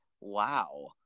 wow